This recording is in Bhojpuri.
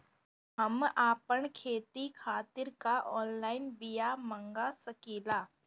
हम आपन खेती खातिर का ऑनलाइन बिया मँगा सकिला?